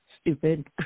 stupid